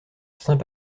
saint